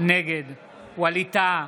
נגד ווליד טאהא,